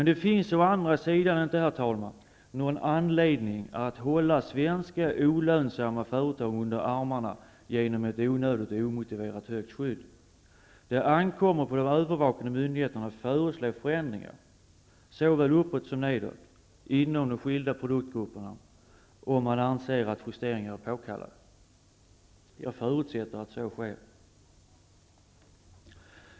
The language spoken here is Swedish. Det finns å andra sidan, herr talman, inte någon anledning att hålla svenska olönsamma företag under armarna genom ett onödigt och omotiverat högt skydd. Det ankommer på de övervakande myndigheterna att föreslå förändringar såväl uppåt som nedåt inom de skilda produktgrupperna om man anser att justeringar är påkallade. Jag förutsätter att så sker.